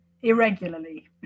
irregularly